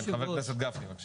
חבר הכנסת גפני, בבקשה.